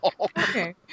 Okay